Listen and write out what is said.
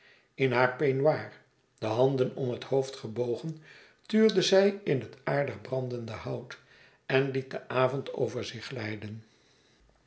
in haar peignoir de handen om het hoofd gebogen tuurde zij in het aardig brandende hout en liet den avond over zich glijden